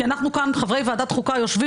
כי בין חברי ועדת החוקה ישנם,